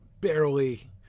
barely